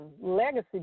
legacy